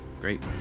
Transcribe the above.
Great